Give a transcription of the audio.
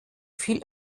viel